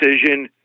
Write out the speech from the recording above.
decision